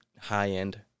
high-end